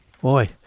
Boy